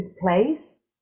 place